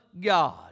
God